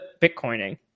Bitcoining